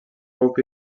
grup